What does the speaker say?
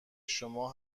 شما